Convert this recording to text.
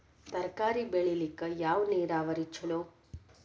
ತರಕಾರಿ ಬೆಳಿಲಿಕ್ಕ ಯಾವ ನೇರಾವರಿ ಛಲೋ?